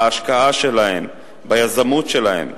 בהשקעה שלהן, ביזמות שלהן,